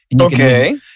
Okay